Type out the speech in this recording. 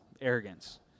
arrogance